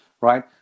right